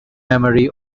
memory